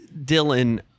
Dylan